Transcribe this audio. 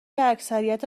اکثریت